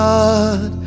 God